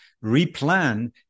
re-plan